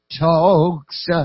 Talks